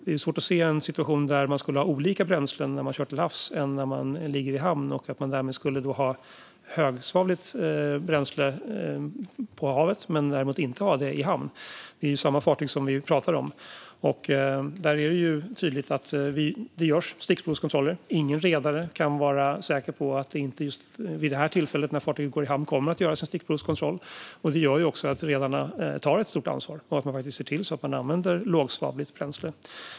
Det är svårt att se en situation där man skulle ha olika bränslen när man kör till havs och när man ligger i hamn och att man därmed skulle ha högsvavligt bränsle på havet men inte i hamn. Det är ju samma fartyg vi pratar om, och det är tydligt att det görs stickprovskontroller. Ingen redare kan vara säker på att det inte vid just det här tillfället när fartyget går i hamn kommer att göras en kontroll. Det gör också att redarna tar stort ansvar och faktiskt ser till att man använder lågsvavligt bränsle.